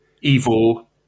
Evil